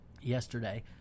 yesterday